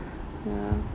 ya